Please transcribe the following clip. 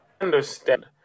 understand